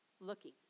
looking